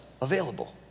available